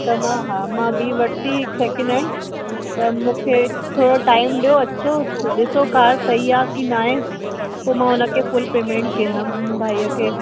त मां हा मां ॿीं वरिती हिकु सैकेंड हैंड त मूंखे थोरो टाइम ॾियो अचो ॾिसो कार सही आहे की नाहे पोइ मां हुनखे फ़ुल पेमेंट कंदमि भाईअ खे